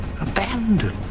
abandoned